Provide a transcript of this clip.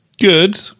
good